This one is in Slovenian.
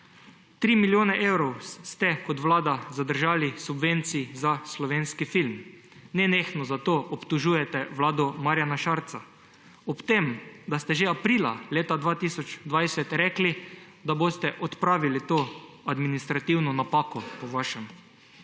3 milijone evrov ste kot vlada zadržali subvencij za slovenski film, nenehno za to obtožujete vlado Marjana Šarca, hkrati pa ste že aprila 2020 rekli, da boste odpravili to, po vašem, administrativno napako. Kje